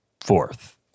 fourth